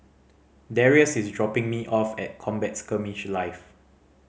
Darrius is dropping me off at Combat Skirmish Live